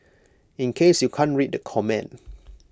in case you can't read the comment